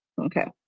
Okay